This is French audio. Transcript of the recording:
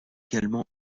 également